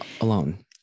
alone